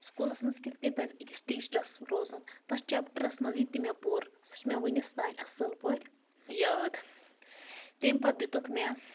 سکوٗلَس منٛز کِتھ کٔنۍ پَزِ أکِس ٹیٖچرس روزُن تَتھ چَپٹَرَس منٛز یہِ تہِ مےٚ پوٚر سُہ چھُ مےٚ وُنِس تام اَصٕل پٲٹھۍ یاد تٔمۍ پَتہٕ دُِتُکھ مےٚ